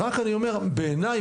בעיניי,